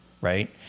right